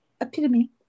epitome